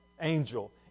Angel